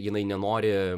jinai nenori